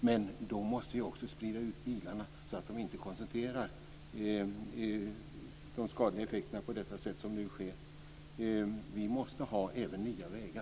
Men då måste vi också sprida ut bilarna så att inte de skadliga effekterna koncentreras på det sätt som nu sker. Vi måste även ha nya vägar.